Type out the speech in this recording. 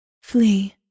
Flee